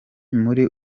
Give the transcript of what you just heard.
muri